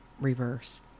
reverse